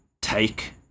take